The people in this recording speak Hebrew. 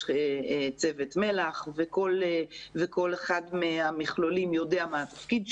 צוות מל"ח וכל אחד מהמכלולים יודע מה התפקיד שלו.